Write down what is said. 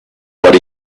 what